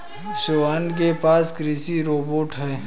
सोहन के पास कृषि रोबोट है